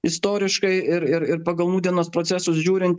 istoriškai ir ir ir pagal nūdienos procesus žiūrint